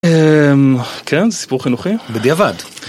כן, זה סיפור חינוכי? בדיעבד.